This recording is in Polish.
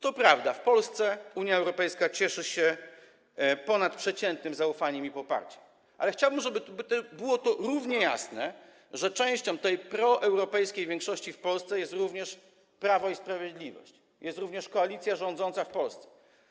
To prawda, w Polsce Unia Europejska cieszy się ponadprzeciętnym zaufaniem i poparciem, ale chciałbym, żeby równie jasne było to, że częścią tej proeuropejskiej większości w Polsce jest również Prawo i Sprawiedliwość, jest również koalicja rządząca w Polsce.